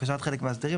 לבקשת חלק מהמאסדרים,